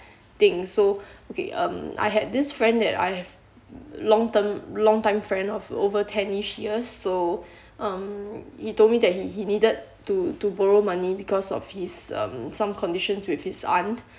thing so okay um I had this friend that I have long term long time friend of over tenish years so um he told me that he needed to to borrow money because of his um some conditions with his aunt